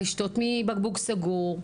לשתות מבקבוק סגור,